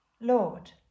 Lord